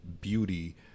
beauty